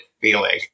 feeling